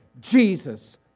Jesus